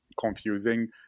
confusing